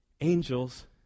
Angels